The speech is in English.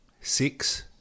six